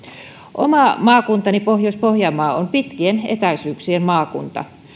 oma maakuntani pohjois pohjanmaa on pitkien etäisyyksien maakunta